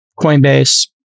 coinbase